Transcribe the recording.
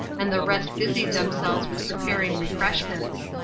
and the rest busied themselves with preparing refreshments.